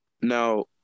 Now